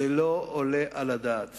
לא עולה על הדעת